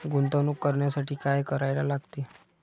गुंतवणूक करण्यासाठी काय करायला लागते?